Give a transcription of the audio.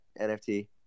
NFT